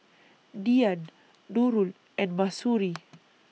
Dian Nurul and Mahsuri